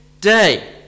day